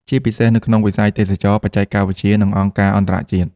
ជាពិសេសនៅក្នុងវិស័យទេសចរណ៍ បច្ចេកវិទ្យា និងអង្គការអន្តរជាតិ។